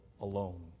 alone